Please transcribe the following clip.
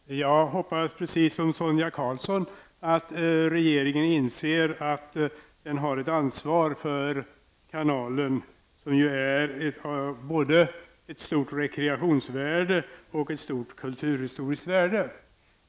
Herr talman! Jag hoppas, precis som Sonia Karlsson, att regeringen inser att den har ett ansvar för kanalen, som ju är ett både stort rekreationsvärde och ett stort kulturhistoriskt värde.